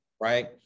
right